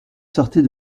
sortez